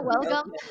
welcome